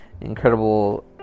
incredible